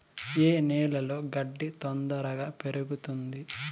ఏ నేలలో గడ్డి తొందరగా పెరుగుతుంది